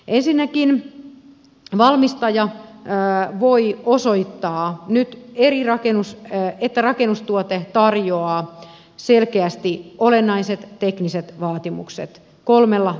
ensinnäkin valmistaja voi osoittaa nyt että rakennustuote tarjoaa selkeästi olennaiset tekniset vaatimukset kolmella eri tavalla